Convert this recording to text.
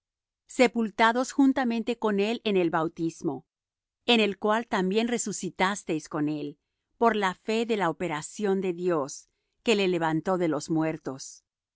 sepultados juntamente con él en la bautismo en el cual también resucitasteis con él por la fe de la operación de dios que le levantó de los muertos y